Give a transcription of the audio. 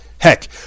Heck